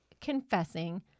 confessing